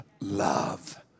love